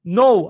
no